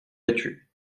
vêtu